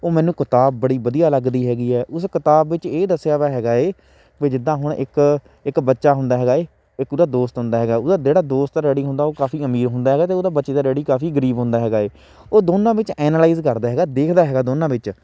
ਉਹ ਮੈਨੂੰ ਕਿਤਾਬ ਬੜੀ ਵਧੀਆ ਲੱਗਦੀ ਹੈਗੀ ਹੈ ਉਸ ਕਿਤਾਬ ਵਿੱਚ ਇਹ ਦੱਸਿਆ ਵਾ ਹੈਗਾ ਹੈ ਵੀ ਜਿੱਦਾਂ ਹੁਣ ਇੱਕ ਇੱਕ ਬੱਚਾ ਹੁੰਦਾ ਹੈਗਾ ਹੈ ਇੱਕ ਉਹਦਾ ਦੋਸਤ ਹੁੰਦਾ ਹੈਗਾ ਉਹਦਾ ਜਿਹੜਾ ਦੋਸਤ ਦਾ ਡੈਡੀ ਹੁੰਦਾ ਉਹ ਕਾਫੀ ਅਮੀਰ ਹੁੰਦਾ ਹੈਗਾ ਅਤੇ ਉਹਦਾ ਬੱਚੇ ਦਾ ਡੈਡੀ ਕਾਫੀ ਗਰੀਬ ਹੁੰਦਾ ਹੈਗਾ ਹੈ ਉਹ ਦੋਨਾਂ ਵਿੱਚ ਐਨਾਲਾਈਜ਼ ਕਰਦਾ ਹੈਗਾ ਦੇਖਦਾ ਹੈਗਾ ਦੋਨਾਂ ਵਿੱਚ